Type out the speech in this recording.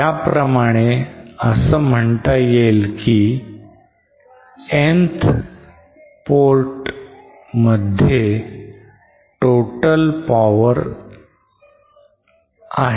त्याप्रमाणे असं म्हणता येईल की ही nth port मध्ये जाणारी total power आहे